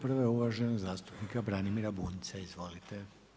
Prva je uvaženog zastupnika Branimira Bunjca, izvolite.